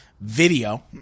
video